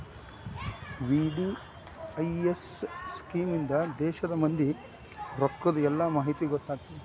VDIS scheme ಇಂದಾ ದೇಶದ್ ಮಂದಿ ರೊಕ್ಕದ್ ಎಲ್ಲಾ ಮಾಹಿತಿ ಗೊತ್ತಾಗತ್ತ